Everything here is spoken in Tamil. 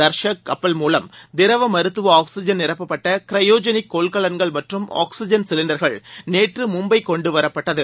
தர்காஷ் கப்பல் மூலம் திரவ மருத்துவ ஆக்ஸிஜன் நிரப்பப்பட்ட கிரையோஜெனிக் கொள்கலன்கள் மற்றும் ஆக்ஸிஜன் சிலிண்டர்கள் நேற்று மும்பை கொண்டுவரப்பட்டது